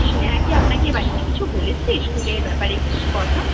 স্নেহা কি আপনাকে বাড়িতে কিছু বলেছে স্কুলের ব্যাপারে কিছু কথা